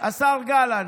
השר גלנט,